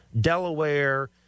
Delaware